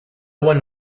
one